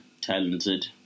Talented